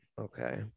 Okay